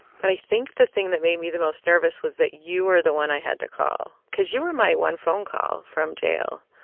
but i think the thing that made me the most nervous was that you were the one i had to call because you were my one phone call from jail